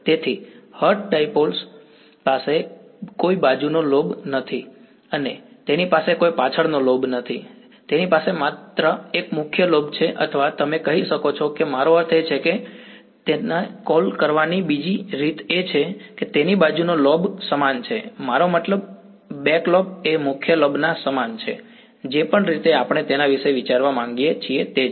તેથી Hertz dipole પાસે કોઈ બાજુનો લોબ નથી અને તેની પાસે કોઈ પાછળનો લોબ નથી તેની પાસે માત્ર એક મુખ્ય લોબ છે અથવા તમે કહી શકો કે મારો અર્થ છે અથવા તેને કૉલ કરવાની બીજી રીત એ છે કે તેની બાજુનો લોબ સમાન છે મારો મતલબ બેક લોબ એ મુખ્ય લોબના સમાન છે જે પણ રીતે આપણે તેના વિશે વિચારવા માંગીએ છીએ તે છે